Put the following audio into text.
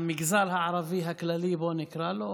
המגזר הערבי הכללי, בואו נקרא לו,